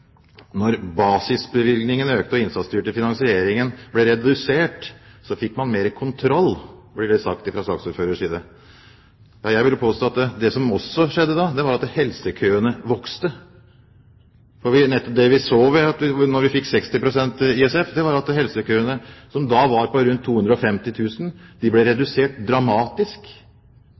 ble sagt fra saksordførerens side. Jeg vil påstå at det som også skjedde da, var at helsekøene vokste. Det vi så ved at vi fikk 60 pst. ISF, var at helsekøene som da var på rundt 250 000 personer, ble redusert dramatisk.